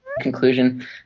conclusion